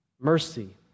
mercy